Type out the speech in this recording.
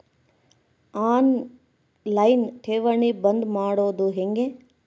On line ಠೇವಣಿ ಬಂದ್ ಮಾಡೋದು ಹೆಂಗೆ?